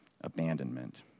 abandonment